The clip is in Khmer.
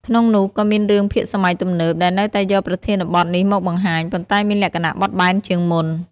ក្នុងនោះក៏មានរឿងភាគសម័យទំនើប ដែលនៅតែយកប្រធានបទនេះមកបង្ហាញ ប៉ុន្តែមានលក្ខណៈបត់បែនជាងមុន។